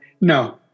No